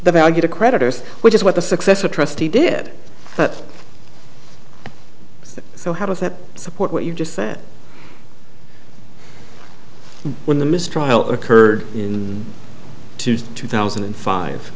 the value to creditors which is what the successor trustee did but so how does that support what you just said when the mistrial occurred in to two thousand and five